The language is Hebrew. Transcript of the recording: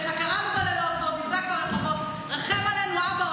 / לך קראנו בלילות / ועוד נצעק ברחובות / רחם עלינו אבא,